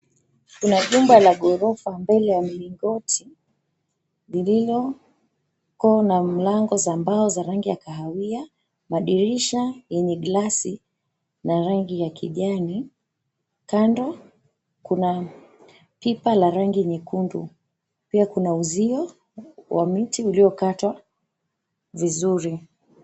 Kuna jumba la gorofa mbele ya mlingoti, lililo kuu na mlango za mbao za rangi ya kahawia, madirisha yenye gilasi na rangi ya kijani. Kando kuna pipa la rangi nyekundu. Pia kuna uzio wa miti uliokatwa vizuri.